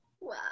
Wow